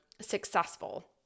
successful